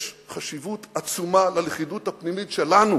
יש חשיבות עצומה ללכידות הפנימית שלנו